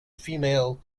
female